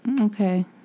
Okay